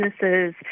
businesses